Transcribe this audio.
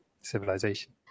civilization